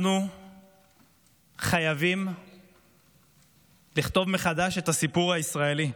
אנחנו חייבים לכתוב מחדש את הסיפור הישראלי.